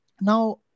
Now